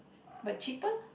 but cheaper